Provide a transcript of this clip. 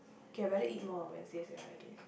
okay I rather eat more Wednesday sia like this